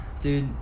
dude